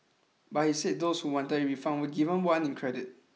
but he said those who wanted a refund were given one in credit